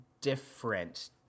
different